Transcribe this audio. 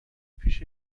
پیش